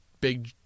big